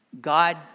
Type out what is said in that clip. God